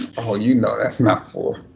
four! oh, you know that's not four.